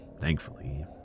thankfully